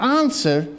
answer